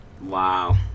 Wow